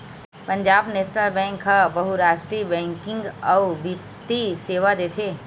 Punjab national bank ह बहुरास्टीय banking अउ बित्तीय सेवा देथे